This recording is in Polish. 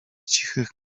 cichych